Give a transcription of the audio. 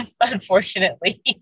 unfortunately